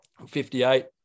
58